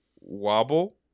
wobble